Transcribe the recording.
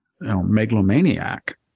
megalomaniac